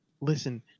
listen